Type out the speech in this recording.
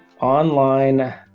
online